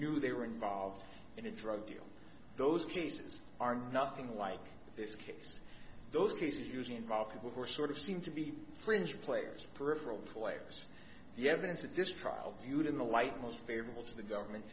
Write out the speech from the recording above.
knew they were involved in a drug deal those cases are nothing like this case those cases usually involve people who are sort of seem to be fringe players peripheral players the evidence that this trial viewed in the light most favorable to the government